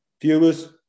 Viewers